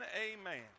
amen